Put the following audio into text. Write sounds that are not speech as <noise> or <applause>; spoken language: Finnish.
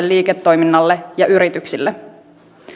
<unintelligible> liiketoiminnalle ja yrityksille